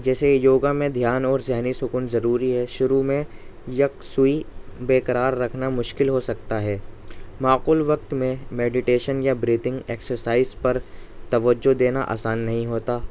جیسے یوگا میں دھیان اور ذہنی سکون ضروری ہے شروع میں یکسوئی بےقرار رکھنا مشکل ہو سکتا ہے معقول وکت میں میڈیٹیشن یا بریتھنگ ایکسرسائز پر توجہ دینا آسان نہیں ہوتا